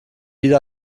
viele